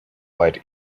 quite